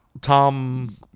Tom